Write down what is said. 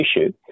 issue